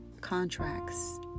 contracts